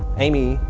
amy,